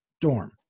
dorm